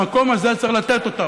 במקום הזה צריך לתת את זה.